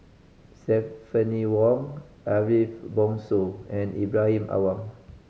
Stephanie Wong Ariff Bongso and Ibrahim Awang